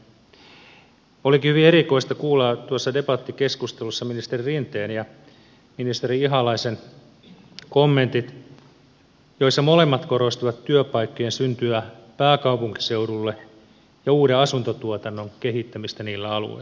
olikin hyvin erikoista kuulla tuossa debattikeskustelussa ministeri rinteen ja ministeri ihalaisen kommentit joissa molemmat korostivat työpaikkojen syntyä pääkaupunkiseudulle ja uuden asuntotuotannon kehittämistä näillä alueilla